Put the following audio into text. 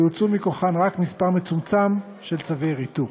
והוצאו מכוחן רק מספר מצומצם של צווי ריתוק.